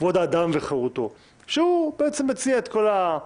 כבוד האדם וחירותו שמציע את כל ה-